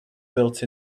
built